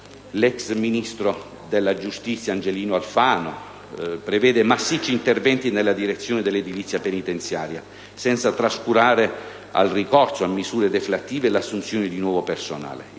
l'ex ministro della giustizia Angelino Alfano prevede massicci interventi nella direzione dell'edilizia penitenziaria, senza trascurare il ricorso a misure deflattive e l'assunzione di nuovo personale.